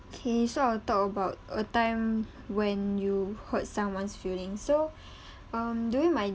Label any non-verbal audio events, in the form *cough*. okay so I'll talk about a time when you hurt someone's feeling so *breath* um during my